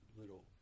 little